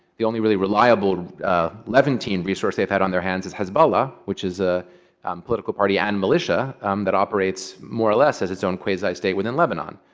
the only really reliable levantine resource they've had on their hands is hezbollah, which is a political party and militia that operates, more or less, as its own quasi-state within lebanon,